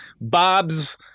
Bob's